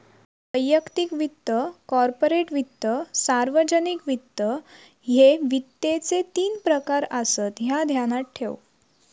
वैयक्तिक वित्त, कॉर्पोरेट वित्त, सार्वजनिक वित्त, ह्ये वित्ताचे तीन प्रकार आसत, ह्या ध्यानात ठेव